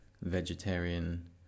vegetarian